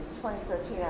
2013